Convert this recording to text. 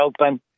open